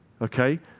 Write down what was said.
okay